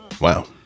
Wow